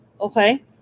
Okay